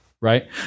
Right